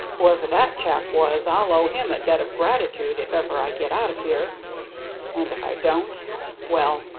whoever that chap was, i'll owe him a debt of gratitude if ever i get out of here and if i don't well,